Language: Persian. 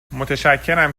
متشکرم